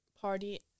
party